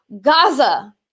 Gaza